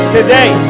Today